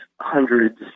hundreds